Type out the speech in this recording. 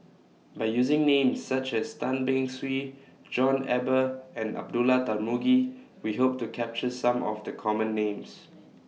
By using Names such as Tan Beng Swee John Eber and Abdullah Tarmugi We Hope to capture Some of The Common Names